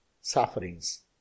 sufferings